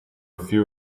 few